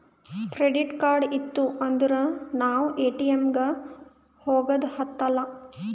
credit card ಇತ್ತು ಅಂದುರ್ ನಾವ್ ಎ.ಟಿ.ಎಮ್ ಗ ಹೋಗದ ಹತ್ತಲಾ